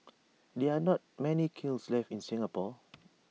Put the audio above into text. there are not many kilns left in Singapore